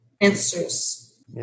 answers